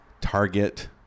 Target